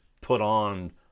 put-on